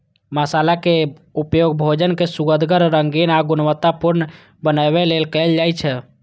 मसालाक उपयोग भोजन कें सुअदगर, रंगीन आ गुणवतत्तापूर्ण बनबै लेल कैल जाइ छै